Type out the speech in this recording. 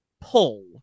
pull